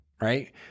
Right